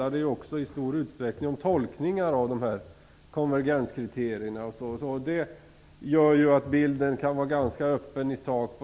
Det handlar också i stor utsträckning om tolkningar av konvergenskriterierna, och det gör att bilden i sak kan vara ganska öppen.